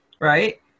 right